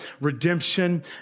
redemption